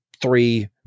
three